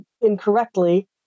incorrectly